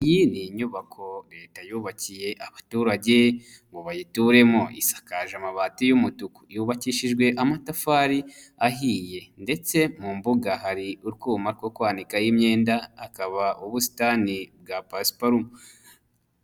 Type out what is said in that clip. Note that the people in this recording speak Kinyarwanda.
Iyi ni inyubako leta yubakiye abaturage ngo bayituremo, isakaje amabati y'umutuku, yubakishijwe amatafari ahiye ndetse mu mbuga hari utwuma two kikaho imyenda hakaba ubusitani bwa pasiparumu.